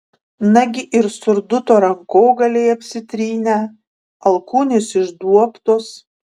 nagi ir surduto rankogaliai apsitrynę alkūnės išduobtos